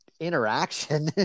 interaction